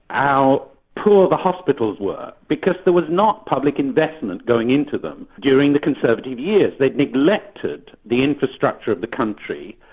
how poor the hospitals were, because there was not public investment going into them during the conservative years. they'd neglected the infrastructure of the country,